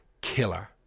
killer